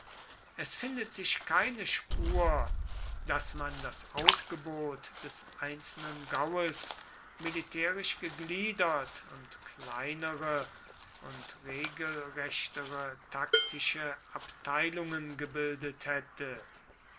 es findet sich keine spur daß man das aufgebot des einzelnen gaues militärisch gegliedert und kleinere und regelrechtere taktische abteilungen gebildet hätte